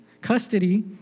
custody